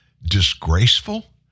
Disgraceful